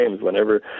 whenever